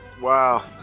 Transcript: Wow